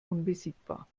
unbesiegbar